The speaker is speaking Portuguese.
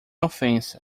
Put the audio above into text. ofensa